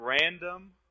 random